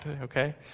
okay